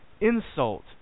insult